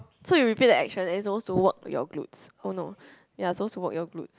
so you repeat the action and it suppose to work your glutes oh no ya suppose to work your glutes